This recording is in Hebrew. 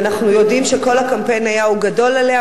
ואנחנו יודעים שכל הקמפיין היה: הוא גדול עליה,